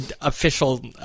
official